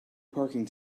parking